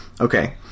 Okay